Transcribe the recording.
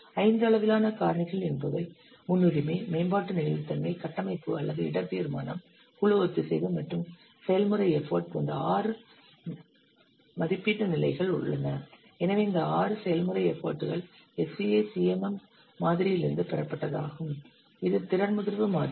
ஐந்து அளவிலான காரணிகள் என்பவை முன்னுரிமை மேம்பாட்டு நெகிழ்வுத்தன்மை கட்டமைப்பு அல்லது இடர் தீர்மானம் குழு ஒத்திசைவு மற்றும் செயல்முறை எஃபர்ட் போன்றஆறு மமதிப்பீட்டு நிலைகள் உள்ளன எனவே இந்த ஆறு செயல்முறை எஃபர்ட் கள் SEI CMM மாதிரியிலிருந்து பெறப்பட்டதாகும் இது திறன் முதிர்வு மாதிரி